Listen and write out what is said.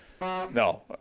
No